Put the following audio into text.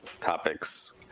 topics